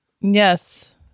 Yes